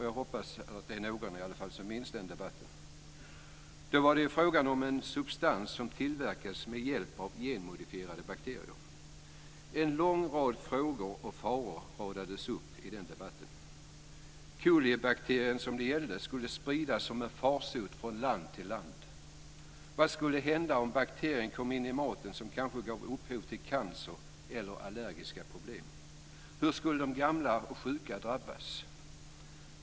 Jag hoppas att det är några som minns den debatten. Då var det fråga om en substans som tillverkades med hjälp av genmodifierade bakterier. En lång rad frågor och faror radades upp i debatten. Koliebakterien, som det gällde, skulle spridas som en farsot från land till land. Vad skulle hända om bakterien kom in i maten, som kanske gav upphov till cancer eller allergiska problem? Hur skulle de gamla och sjuka drabbas?